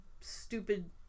stupid